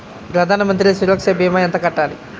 ప్రధాన మంత్రి సురక్ష భీమా ఎంత కట్టాలి?